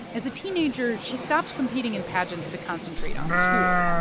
as a teenager, she stopped competing in pageants to concentrate on school,